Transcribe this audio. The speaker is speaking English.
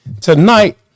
tonight